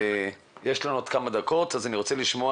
אני רוצה לשמוע